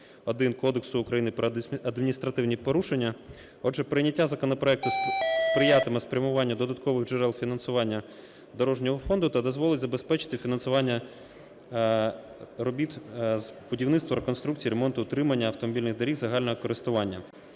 131 Кодексу України про адміністративні порушення. Отже, прийняття законопроекту сприятиме спрямуванню додаткових джерел фінансування дорожнього фонду та дозволить забезпечити фінансування робіт з будівництва, реконструкції, ремонту, утримання автомобільних доріг загального користування.